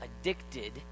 addicted